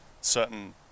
certain